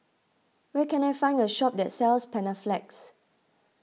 where can I find a shop that sells Panaflex